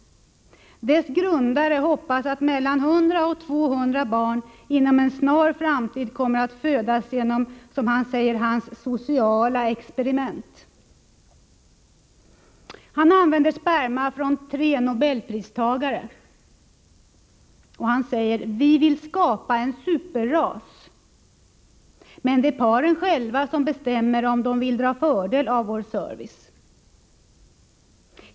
Dess grundare hoppas att mellan 100 och 200 barn inom en snar framtid kommer att födas genom hans ”sociala” experiment. Han använder sperma från tre nobelpristagare. Han säger: ”Vi vill skapa en superras, men det är paren som själva bestämmer om de vill dra fördel av vår service.